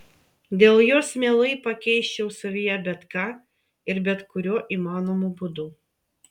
dėl jos mielai pakeisčiau savyje bet ką ir bet kuriuo įmanomu būdu